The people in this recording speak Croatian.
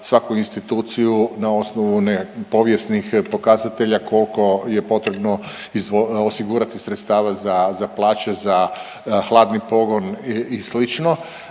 svaku instituciju na osnovu povijesnih pokazatelja koliko je potrebno osigurati sredstava za plaće, za hladni pogon i